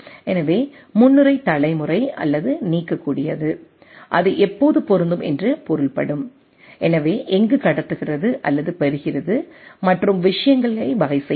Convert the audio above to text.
எனவே முன்னுரை தலைமுறை அல்லது நீக்கக்கூடியது அது எப்போது பொருந்தும் என்று பொருள்படும் எனவே எங்கு கடத்துகிறது அல்லது பெறுகிறது மற்றும் விஷயங்களை வகை செய்கிறது